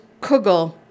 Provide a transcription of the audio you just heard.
kugel